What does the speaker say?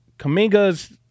Kaminga's